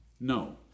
No